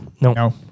no